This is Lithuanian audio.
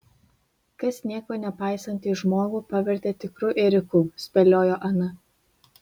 kas nieko nepaisantį žmogų pavertė tikru ėriuku spėliojo ana